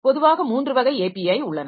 பொதுவாக மூன்று வகை API உள்ளன